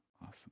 awesome